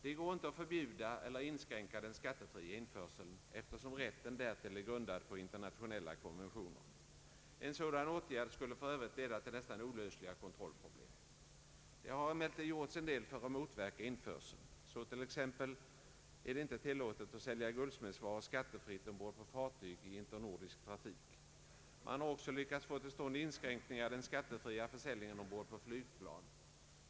Det går inte att förbjuda eller inskränka den skattefria införseln, eftersom rätten därtill är grundad på internationella konventioner. En sådan åtgärd skulle för övrigt leda till nästan olösliga kontrollproblem. Det har emellertid gjorts en del för att motverka införseln. Så till exempel är det inte tillåtet att sälja guldsmedsvaror skattefritt ombord på fartyg i internordisk trafik. Man har också lyckats få till stånd inskränkningar i den skattefria försäljningen ombord på flygplan.